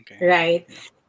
right